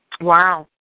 Wow